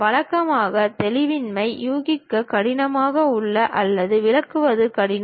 வழக்கமாக தெளிவின்மை யூகிக்க கடினமாக உள்ளது அல்லது விளக்குவது கடினம்